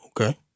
Okay